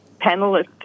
panelist